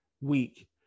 week